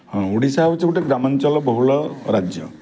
ହଁ ଓଡ଼ିଶା ହଉଛି ଗୋଟେ ଗ୍ରାମାଞ୍ଚଳ ବହୁଳ ରାଜ୍ୟ